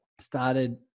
started